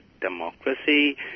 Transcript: democracy